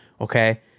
Okay